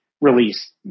release